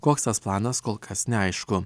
koks tas planas kol kas neaišku